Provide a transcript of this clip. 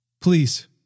please